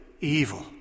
evil